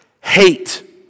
hate